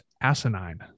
asinine